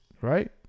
Right